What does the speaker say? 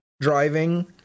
driving